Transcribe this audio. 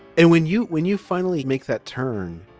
and when you when you finally make that turn